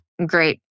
Great